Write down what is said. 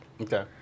Okay